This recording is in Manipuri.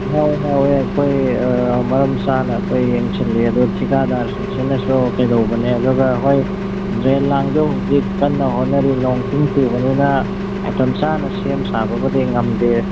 ꯑꯩꯈꯣꯏ ꯃꯔꯝ ꯆꯥꯅ ꯑꯩꯈꯣꯏ ꯌꯦꯡꯁꯤꯜꯂꯤ ꯑꯗꯨ ꯊꯤꯀꯥꯗꯥꯔꯁꯤꯡꯁꯤꯅꯁꯨ ꯀꯩꯗꯧꯕꯅꯦ ꯑꯗꯨꯒ ꯍꯣꯏ ꯗ꯭ꯔꯦꯟ ꯂꯥꯡꯗꯣ ꯍꯧꯖꯤꯛ ꯀꯟꯅ ꯍꯣꯠꯅꯔꯤ ꯅꯣꯡꯁꯤꯡ ꯆꯨꯕꯅꯤꯅ ꯃꯇꯝ ꯆꯥꯅ ꯁꯦꯝ ꯁꯥꯕꯕꯨꯗꯤ ꯉꯝꯗꯦ